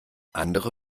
andere